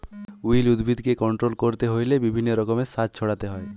weed উদ্ভিদকে control করতে হইলে বিভিন্ন রকমের সার ছড়াতে হয়